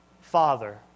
Father